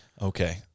okay